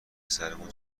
سرمون